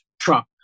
Trump